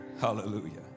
hallelujah